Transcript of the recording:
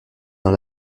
dans